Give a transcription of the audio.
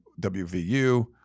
WVU